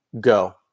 go